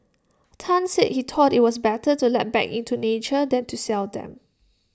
Tan said he thought IT was better to let back into nature than to sell them